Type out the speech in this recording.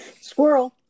squirrel